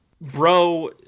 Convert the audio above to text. bro